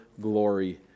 glory